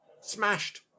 smashed